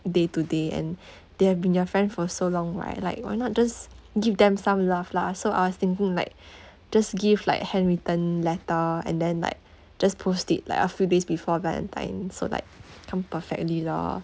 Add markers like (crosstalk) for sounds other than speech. day to day and (breath) they have been your friend for so long [what] like why not just give them some love lah so I was thinking like (breath) just give like handwritten letter and then like just post it like a few days before valentines so like come perfectly lor